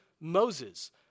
Moses